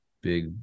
big